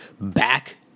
back